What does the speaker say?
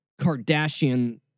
Kardashian